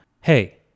Hey